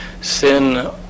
sin